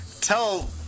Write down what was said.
tell